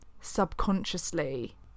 subconsciously